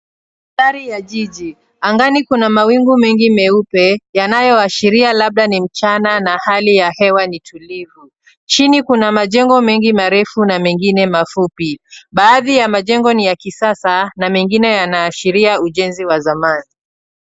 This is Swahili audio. Mandhari ya jiji. Angani kuna mawingu mengi meupe, yanayoashiria labda ni mchana na hali ya hewa ni tulivu. Chini kuna majengo mengi marefu na mengine mafupi. Baadhi ya majengo ni ya kisasa, na mengine yanaashiria ujenzi wa zamani.